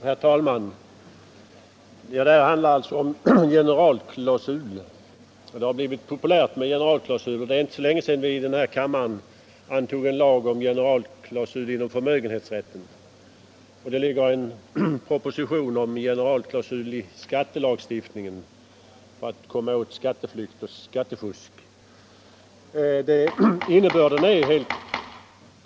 Herr talman! Det här ärendet handlar alltså om en generalklausul. Det har blivit modernt med sådana — det är inte så länge sedan vi här i kammaren antog en lag om generalklausul inom förmögenhetsrätten, och det ligger en proposition om generalklausuler inom skattelagstiftningen förr att komma åt skatteflykt och skattefusk.